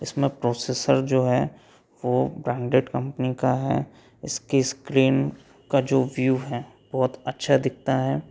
इसमें प्रोसेसर जो है वो ब्रांडेड कंपनी का है इसकी स्क्रीन का जो व्यू है बहुत अच्छा दिखता है